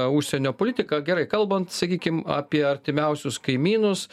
užsienio politiką gerai kalbant sakykim apie artimiausius kaimynus